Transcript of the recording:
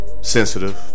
sensitive